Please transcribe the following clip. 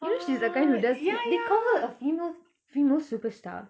you know she's the kind who does they call her a female female superstar